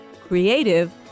creative